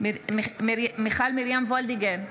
מיכל מרים וולדיגר,